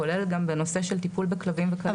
כולל גם בנושא של טיפול בכלבים וכלבת.